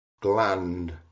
gland